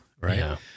right